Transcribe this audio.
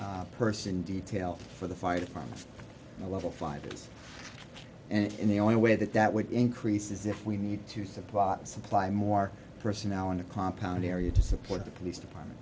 e person detail for the fired from a level five and in the only way that that would increase is if we need to supply supply more personnel in the compound area to support the police department